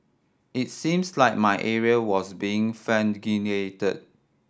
it seems like my area was being